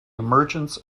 emergence